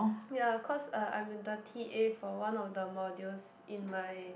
ya cause uh I'm in the t_a for one of the modules in my